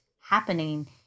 happening